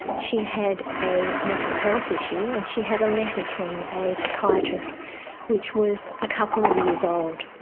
she had a mental health issue and she had a letter from a psychiatrist which was a couple of years old.